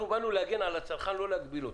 אנחנו באנו להגן על הצרכן, לא להגביל אותו.